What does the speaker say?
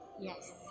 Yes